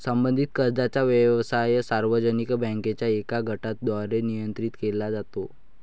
संबंधित कर्जाचा व्यवसाय सार्वजनिक बँकांच्या एका गटाद्वारे नियंत्रित केला जातो